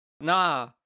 Nah